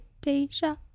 deja